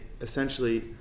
essentially